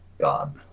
God